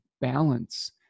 balance